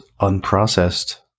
unprocessed